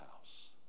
house